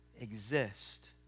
exist